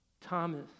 Thomas